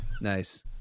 Nice